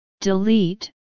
Delete